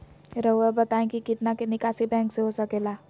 रहुआ बताइं कि कितना के निकासी बैंक से हो सके ला?